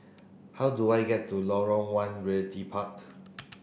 how do I get to Lorong one Realty Part